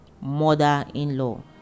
mother-in-law